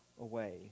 away